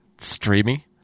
Streamy